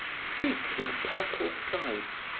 streaked with purple sides,